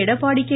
Edappadi K